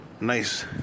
nice